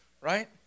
Right